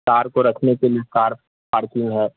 کار کو رکھنے کے لیے کار پارکنگ ہے